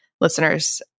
listeners